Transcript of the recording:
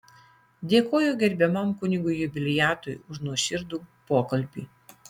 dėkoju gerbiamam kunigui jubiliatui už nuoširdų pokalbį